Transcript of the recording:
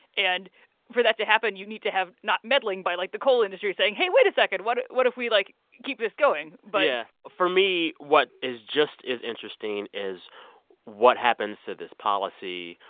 and for that to happen, you'd need to have not meddling by, like, the coal industry saying, hey, wait a second. what what if we, like, keep this going? but. yeah. for me, what is just as interesting is what happens to this policy,